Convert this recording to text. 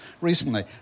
recently